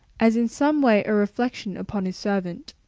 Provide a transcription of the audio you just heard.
as in some way a reflection upon his servant.